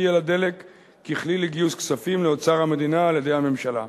על הדלק ככלי לגיוס כספים לאוצר המדינה על-ידי הממשלה.